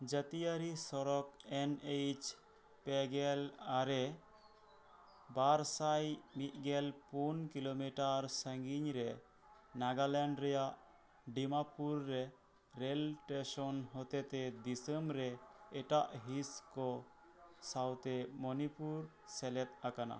ᱡᱟᱹᱛᱤᱭᱟᱹᱨᱤ ᱥᱚᱲᱚᱠ N H ᱯᱮᱜᱮᱞ ᱟᱨᱮ ᱵᱟᱨᱥᱟᱭ ᱢᱤᱫ ᱜᱮᱞ ᱯᱩᱱ ᱠᱤᱞᱳᱢᱤᱴᱟᱨ ᱥᱟᱺᱜᱤᱧ ᱨᱮ ᱱᱟᱜᱟᱞᱮᱱᱰ ᱨᱮᱱᱟᱜ ᱰᱤᱢᱟᱯᱩᱨ ᱨᱮ ᱨᱮᱹᱞ ᱴᱮᱥᱚᱱ ᱦᱚᱛᱮᱡᱛᱮ ᱫᱤᱥᱚᱢᱨᱮ ᱮᱴᱟᱜ ᱦᱤᱸᱥᱠᱚ ᱥᱟᱶᱛᱮ ᱢᱚᱱᱤᱯᱩᱨ ᱥᱮᱞᱮᱫ ᱟᱠᱟᱱᱟ